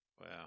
Wow